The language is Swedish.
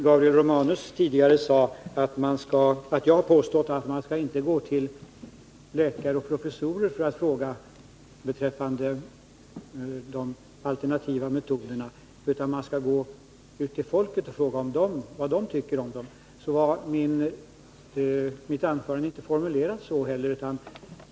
Gabriel Romanus sade tidigare att jag påstått att man inte skall gå till läkare och professorer och fråga om de alternativa metoderna utan att man skall fråga vad folket tycker om dem. Jag formulerade mig inte så i mitt anförande.